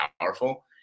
powerful